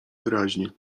wyraźnie